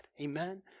Amen